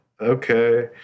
okay